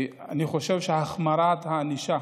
אני חושב שהחמרת הענישה